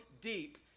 deep